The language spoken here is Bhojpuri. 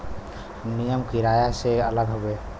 नियम किराया से अलग हउवे